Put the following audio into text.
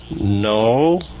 No